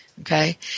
Okay